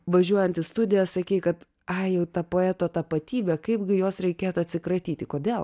važiuojant į studiją sakei kad ai jau ta poeto tapatybė kaipgi jos reikėtų atsikratyti kodėl